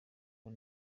ngo